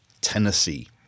Tennessee